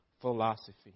philosophy